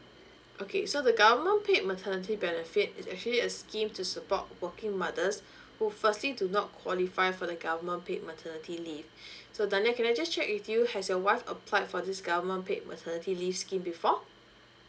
okay so the government paid maternity benefit is actually a scheme to support working mothers who firstly do not qualify for the government paid maternity leave so danial can I just check with you has your wife applied for this government paid maternity leave scheme before